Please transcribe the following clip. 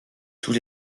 tous